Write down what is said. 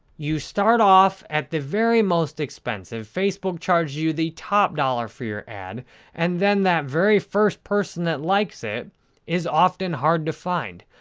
you start off at the very most expensive. facebook charges you the top dollar for your ad and then that very first person that likes it is often hard to find.